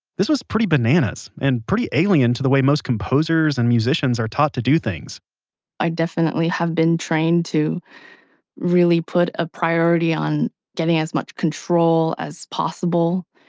this was pretty bananas and pretty alien to the way most composers, and musicians are taught to do things i definitely have been trained to really put a priority on getting as much control as possible.